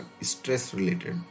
stress-related